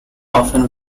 often